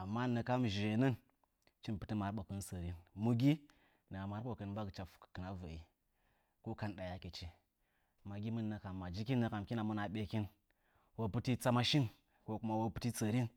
əmmənəkəm zhəənən hɨchɨ mɨ pɨtə mərɓokən sərɨ mugɨ ndəmə mərɨɓokən mɓəgɨchə dzɨtonə vəɨ ko kə ndɨdə yəkechɨ, məgɨmon nəkəm mə jɨkɨn hɨkɨnə monə ə ɓekɨn tsəmə shɨn ko kumə sərɨm.